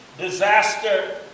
disaster